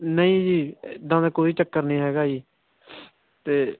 ਨਹੀਂ ਜੀ ਐਦਾਂ ਦਾ ਕੋਈ ਚੱਕਰ ਨਹੀਂ ਹੈਗਾ ਜੀ ਅਤੇ